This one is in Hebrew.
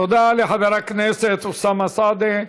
תודה לחבר הכנסת אוסאמה סעדי.